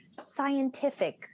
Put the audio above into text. scientific